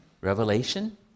Revelation